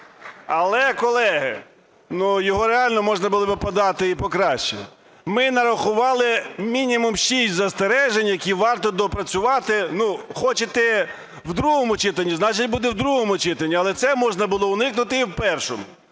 Але, колеги, його реально можна було би подати і по-краще. Ми нарахували мінімум шість застережень, які варто доопрацювати. Хочете в другому читанні, значить буде в другому читанні, але цього можна було уникнути і в першому.